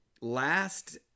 last